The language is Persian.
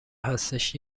هستش